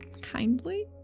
kindly